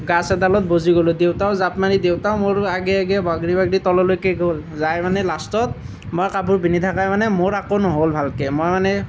গাছ এডালত বজি গ'লোঁ দেউতাও জাঁপ মাৰি দেউতাও মোৰ আগে আগে বাগৰি বাগৰি তললৈকে গ'ল যাই মানে লাষ্টত মই কাপোৰ পিন্ধি থকা মানে মোৰ একো নহ'ল ভালকৈ মই মানে